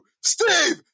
Steve